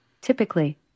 Typically